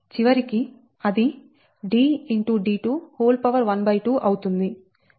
d212 అవుతుంది